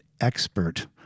expert